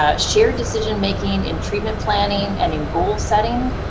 ah shared decision-making in treatment planning and in goal-setting.